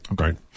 Okay